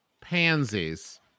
pansies